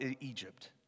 Egypt